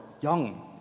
young